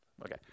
okay